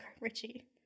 Richie